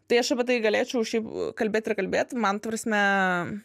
tai aš apie tai galėčiau šiaip kalbėt ir kalbėt man ta prasme